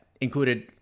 included